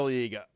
League